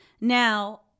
Now